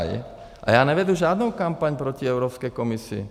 A já nevedu žádnou kampaň proti Evropské komisi.